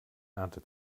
ernte